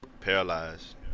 paralyzed